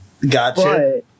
Gotcha